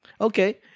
okay